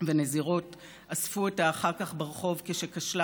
ונזירות אספו אותה אחר כך ברחוב כשכשלה